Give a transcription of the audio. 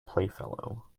playfellow